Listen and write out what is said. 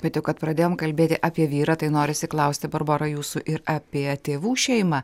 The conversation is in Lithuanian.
bet jau kad pradėjom kalbėti apie vyrą tai norisi klausti barbora jūsų ir apie tėvų šeimą